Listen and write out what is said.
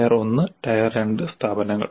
tyre 1 tier 2 സ്ഥാപനങ്ങൾ